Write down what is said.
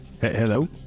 Hello